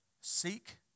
seek